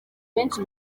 benshi